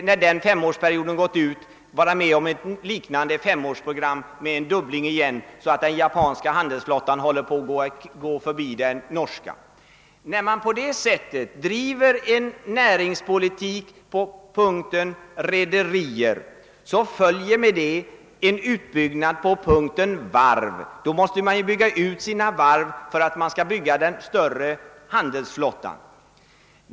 För de fem därefter följande åren satte man upp ett nytt program innebärande en ny fördubbling, vilket leder till att den japanska handelsflottan håller på att gå förbi den norska. När man på detta sätt driver en näringspolitik med inriktning på rederier följer också en utbyggnad av varven. Man måste nämligen bygga ut sina varv för att kunna skapa en större han delsflotta.